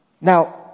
Now